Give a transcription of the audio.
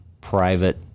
private